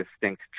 distinct